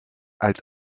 als